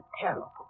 terrible